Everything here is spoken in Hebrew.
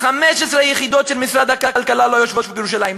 15 יחידות של משרד הכלכלה לא יושבות בירושלים,